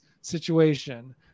situation